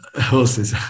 horses